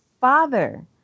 father